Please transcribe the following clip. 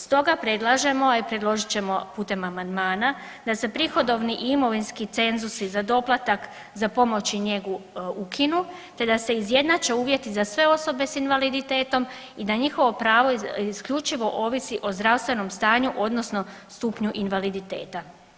Stoga predlažemo, predložit ćemo putem amandmana da se prihodovni i imovinski cenzusi za doplatak za pomoć i njegu ukinu, te da se izjednače uvjeti za sve osobe sa invaliditetom i da njihovo pravo isključivo ovisi o zdravstvenom stanju, odnosno stupnju invaliditeta.